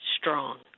strong